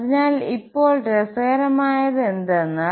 അതിനാൽ ഇപ്പോൾ രസകരമായത് എന്തെന്നാൽ